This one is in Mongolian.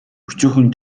өчүүхэн